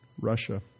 Russia